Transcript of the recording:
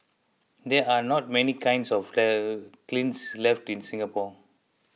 there are not many kinds of the kilns left in Singapore